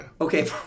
Okay